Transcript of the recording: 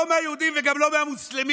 לא מהיהודים וגם לא מהמוסלמים,